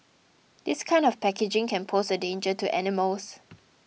this kind of packaging can pose a danger to animals